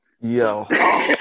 Yo